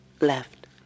left